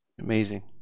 amazing